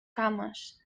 cames